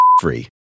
free